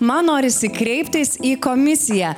man norisi kreiptis į komisiją